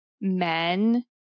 men